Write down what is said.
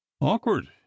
awkward